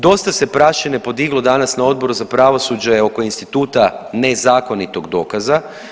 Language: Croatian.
Dosta se prašine podiglo danas na Odboru za pravosuđe oko instituta nezakonitog dokaza.